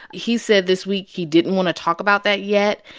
he said this week he didn't want to talk about that yet.